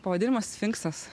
pavadinimas sfinksas